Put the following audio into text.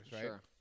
Sure